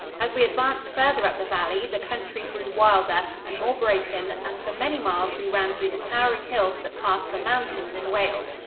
as we advanced farther up the valley, the country grew wilder and more broken and for many miles we ran through the towering hills that pass for mountains in wales.